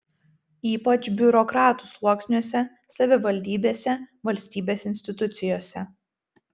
ypač biurokratų sluoksniuose savivaldybėse valstybės institucijose